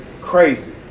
crazy